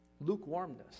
lukewarmness